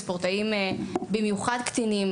ובמיוחד קטינים.